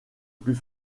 plus